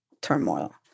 turmoil